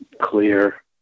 clear